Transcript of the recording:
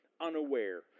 unaware